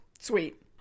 Sweet